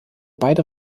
beide